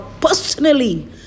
personally